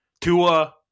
Tua